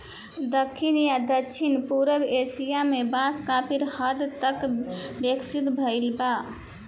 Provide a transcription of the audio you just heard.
दखिन आ दक्षिण पूरब एशिया में बांस काफी हद तक विकसित भईल बा